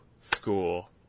school